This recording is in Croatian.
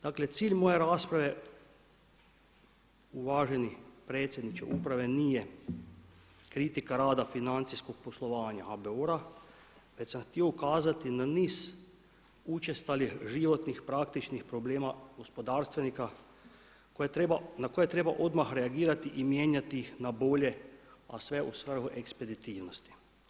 Dakle cilj moje rasprave uvaženi predsjedniče uprave nije kritika rada financijskog poslovanja HBOR-a, već sam htio ukazati na niz učestalih životnih praktičnih problema gospodarstvenika na koje treba odmah reagirati i mijenjati ih na bolje, a sve u svrhu ekspeditivnosti.